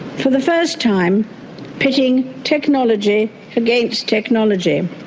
for the first time pitting technology against technology.